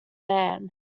man